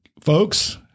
Folks